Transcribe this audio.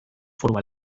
foru